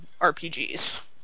rpgs